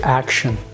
action